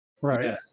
Right